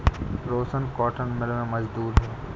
रोशन cotton mill में मजदूर है